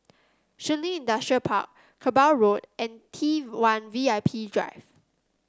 Shun Li Industrial Park Kerbau Road and T one V I P Drive